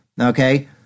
Okay